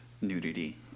nudity